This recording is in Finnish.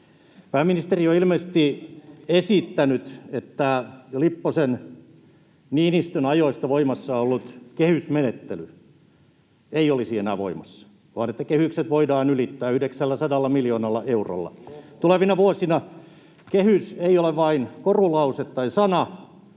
Pääministeri on ilmeisesti esittänyt, että jo Lipposen—Niinistön ajoista voimassa ollut kehysmenettely ei olisi enää voimassa vaan että kehykset voidaan ylittää 900 miljoonalla eurolla tulevina vuosina. Kehys ei ole vain korulause tai sana,